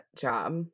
job